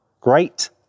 great